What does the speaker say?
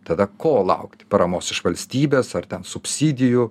tada ko laukti paramos iš valstybės subsidijų